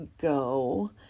go